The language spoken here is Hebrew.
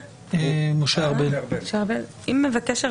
החדש (הוראת שעה) (הגבלת פעילות של מקום ציבורי או עסקי והוראות